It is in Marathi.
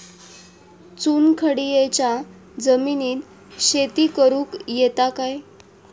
चुनखडीयेच्या जमिनीत शेती करुक येता काय?